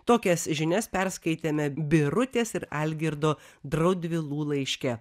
tokias žinias perskaitėme birutės ir algirdo draudvilų laiške